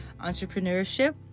entrepreneurship